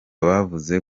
bavuze